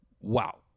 Wow